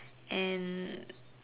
and